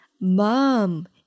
mom